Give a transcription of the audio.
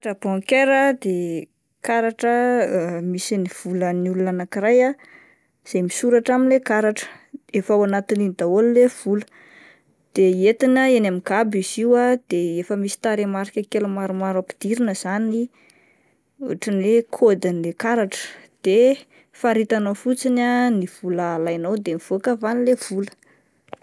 Karatra bankaira de karatra misy ny volan'ny olona anakiray ah izay misoratra amin'ilay karatra ,efa ao anatin'iny daholo le vola de entina eny amin'ny gaba izy io ah de efa misy tarehimarika kely maromaro ampidirina izany, ohatran'ny hoe. kaodin'ilay karatra de faritanao fotsiny ah ny vola alainao de mivoaka avy any ilay vola